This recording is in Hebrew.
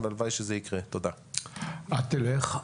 אל תדאג.